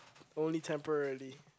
only temporarily